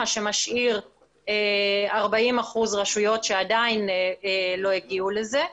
מה שמשאיר 40% רשויות שעדיין לא הגיעו לזה.